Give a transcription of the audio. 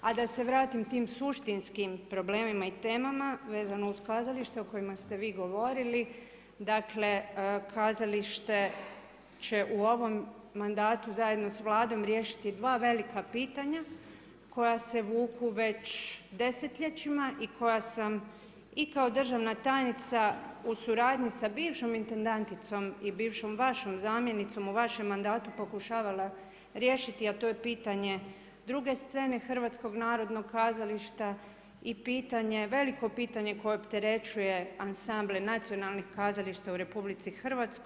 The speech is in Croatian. A da se vratim tim suštinskim problemima i temama vezano uz kazalište o kojima ste vi govorili, dakle, kazalište će u ovome mandatu zajedno s Vladom riješiti 2 velika pitanja koja se vuku već desetljećima i koja sam i kao državna tajnica u suradnji sa bivšom intendanticom i bivšom vašom zamjenicom u vašem mandatu pokušavala riješiti, a to je pitanje druge scene HNK i veliko pitanje koje opterećuje ansamble nacionalnih kazališta u RH.